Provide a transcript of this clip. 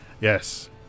yes